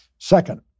Second